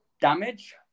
damage